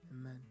amen